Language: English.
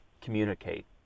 communicate